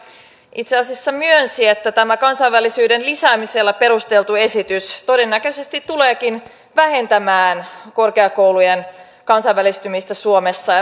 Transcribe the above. itse asiassa myönsi että tämä kansainvälisyyden lisäämisellä perusteltu esitys todennäköisesti tuleekin vähentämään korkeakoulujen kansainvälistymistä suomessa